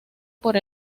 por